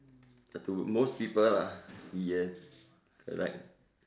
to most people lah yes correct